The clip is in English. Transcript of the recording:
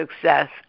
success